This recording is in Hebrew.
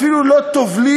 אפילו לא טובלים,